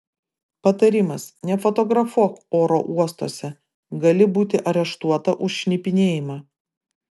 patarimas nefotografuok oro uostuose gali būti areštuota už šnipinėjimą